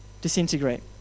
disintegrate